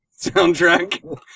soundtrack